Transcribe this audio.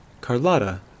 Carlotta